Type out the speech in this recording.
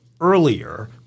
earlier